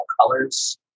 colors